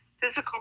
physical